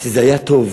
שזה היה טוב.